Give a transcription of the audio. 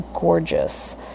gorgeous